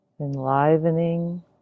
enlivening